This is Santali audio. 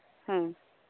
ᱦᱮᱸ